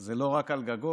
זה לא רק על גגות.